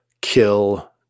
kill